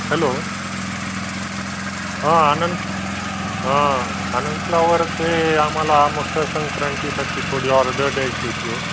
hello हां आनंद हां Anand flower ते आम्हाला मकर संंक्रांतीसाठी थोडी ऑर्डर द्यायची होती हो